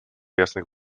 jasnych